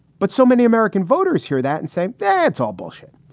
but so many american voters hear that and say, that's all bullshit.